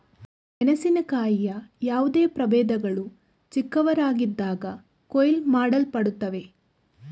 ಮೆಣಸಿನಕಾಯಿಯ ಯಾವುದೇ ಪ್ರಭೇದಗಳು ಚಿಕ್ಕವರಾಗಿದ್ದಾಗ ಕೊಯ್ಲು ಮಾಡಲ್ಪಡುತ್ತವೆ